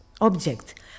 object